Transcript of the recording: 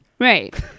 Right